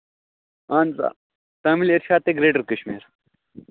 اَہَن حظ آ تامِل اِرشاد تہٕ گریٹر کشمیر